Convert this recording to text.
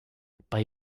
bei